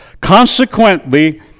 Consequently